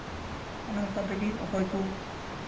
ᱚᱱᱮ ᱚᱱᱠᱟ ᱛᱮᱜᱮ ᱚᱠᱚᱭ ᱠᱩ